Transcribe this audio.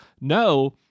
No